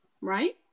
right